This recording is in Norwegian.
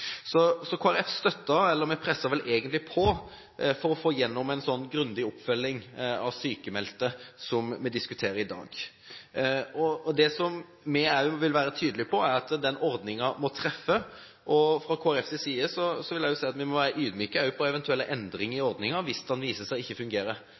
Så Kristelig Folkeparti støttet – eller vi presset vel egentlig på for å få igjennom en så grundig oppfølging av sykmeldte som det vi diskuterer i dag. Det vi også vil være tydelig på, er at ordningen må treffe. Fra Kristelig Folkepartis side vil jeg si at vi også må være ydmyke overfor eventuelle endringer i